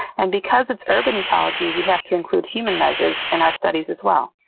and because it's urban ecology, we have to include human measures in our studies as well.